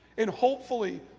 in hopefully,